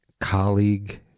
colleague